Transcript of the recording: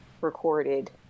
recorded